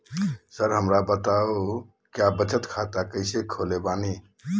Sir हमरा बताओ क्या बचत खाता कैसे खोले बानी?